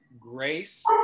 Grace